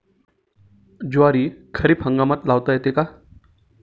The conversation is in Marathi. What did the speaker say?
ज्वारी खरीप हंगामात लावता येते का?